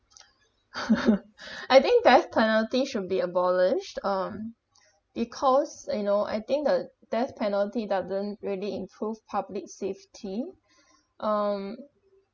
I think death penalty should be abolished um because you know I think the death penalty doesn't really improve public safety um